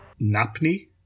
napni